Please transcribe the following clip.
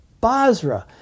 Basra